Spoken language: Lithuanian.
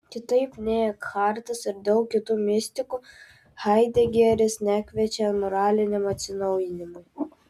kitaip nei ekhartas ir daug kitų mistikų haidegeris nekviečia moraliniam atsinaujinimui